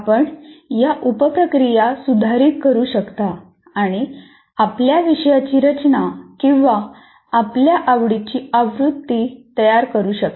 आपण या उप प्रक्रिया सुधारित करू शकता आणि आपल्या विषयची रचना किंवा आपल्या आवडीची आवृत्ती तयार करू शकता